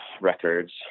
records